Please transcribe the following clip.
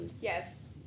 Yes